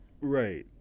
Right